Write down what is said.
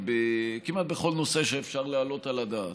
כמעט בכל נושא שאפשר להעלות על הדעת.